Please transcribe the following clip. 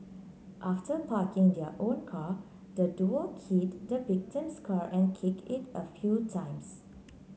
after parking their own car the duo keyed the victim's car and kicked it a few times